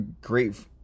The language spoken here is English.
great